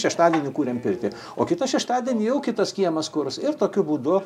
šeštadienį kuriam pirtį o kitą šeštadienį jau kitas kiemas kurs ir tokiu būdu